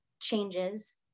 changes